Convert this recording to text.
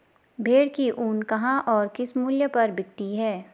भेड़ की ऊन कहाँ और किस मूल्य पर बिकती है?